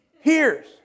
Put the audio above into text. hears